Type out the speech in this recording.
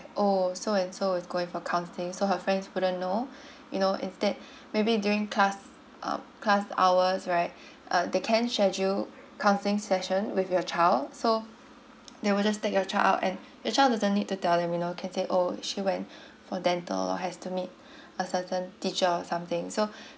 oh so and so is going for counselling so her friends wouldn't know you know instead maybe during class uh class hours right uh they can schedule counselling session with your child so they will just take your child out and the child doesn't need to tell them you know can say oh she went for dental or has to meet a certain teacher or something so